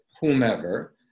whomever